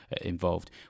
involved